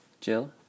Jill